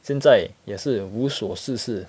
现在也是无所事事